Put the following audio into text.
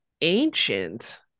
ancient